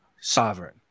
sovereign